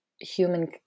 human